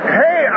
hey